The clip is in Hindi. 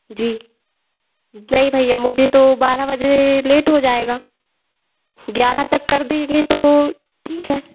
जी नहीं भैया मुझे तो बारा बजे लेट हो जाएगा ग्यारह तक कर देंगे तो ठीक है